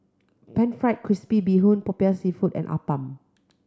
Pan Fried Crispy Bee Hoon Popiah Seafood and appam